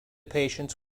patients